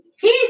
Peace